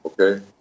okay